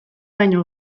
baino